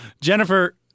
Jennifer